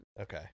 Okay